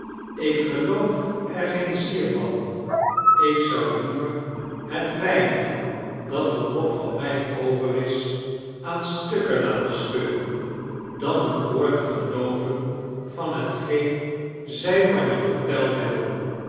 ik geloof er geen zier van ik zou liever het weinige dat er nog van mij over is aan stukken laten scheurein dan een woord te gelooven van hetgeen zij van je wrteld hebbem